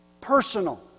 Personal